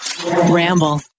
Ramble